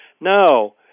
No